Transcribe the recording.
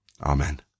Amen